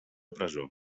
presó